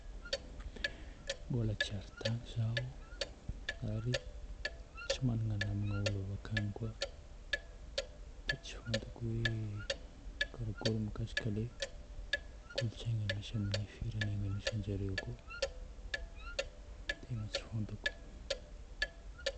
Mbola tsy ary tany zaho ary tsy magnana namagna olo avy akagny koa. Dia tsy fantako hoe karakory mahakasika ilay kolontsaina misy amin'ny firenena misy an-jare koa. Tegna tsy fantako.